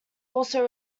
also